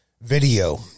video